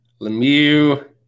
Lemieux